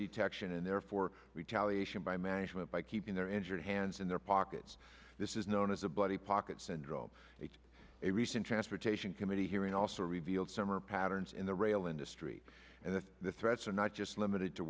detection and therefore retaliation by management by keeping their injured hands in their pockets this is known as a buddy pocket syndrome it's a recent transportation committee hearing also revealed some are patterns in the rail industry and that the threats are not just limited to